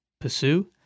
pursue